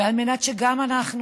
ועל מנת שגם אנחנו,